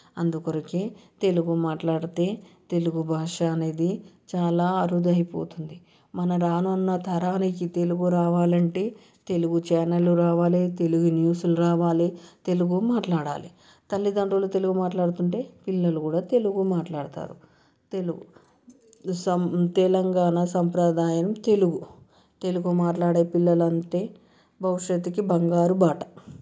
అందుకొరకే తెలుగు మాట్లాడితే తెలుగు భాష అనేది చాలా అరుదు అయిపోతుంది మన రానున్న తరానికి తెలుగు రావాలంటే తెలుగు ఛానల్లు రావాలి తెలుగు న్యూస్లు రావాలి తెలుగు మాట్లాడాలి తల్లిదండ్రులు తెలుగు మాట్లాడుతుంటే పిల్లలు కూడా తెలుగు మాట్లాడతారు తెలుగు సం తెలంగాణ సాంప్రదాయం తెలుగు తెలుగు మాట్లాడే పిల్లలంటే భవిష్యత్తుకి బంగారు బాట